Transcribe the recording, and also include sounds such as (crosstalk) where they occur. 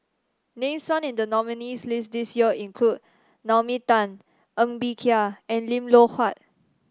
names (unintelligible) in the nominees' list this year include Nao Mi Tan Ng Bee Kia and Lim Loh Huat